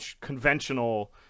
conventional